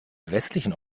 westlichen